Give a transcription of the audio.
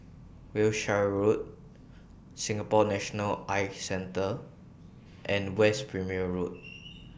Wiltshire Road Singapore National Eye Centre and West Perimeter Road